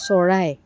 চৰাই